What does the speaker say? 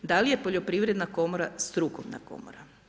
Da li je poljoprivredna komora strukovna komora?